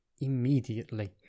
immediately